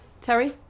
Terry